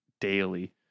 daily